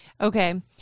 Okay